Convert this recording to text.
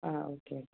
ആ okay okay